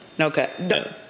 Okay